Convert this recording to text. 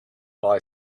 boy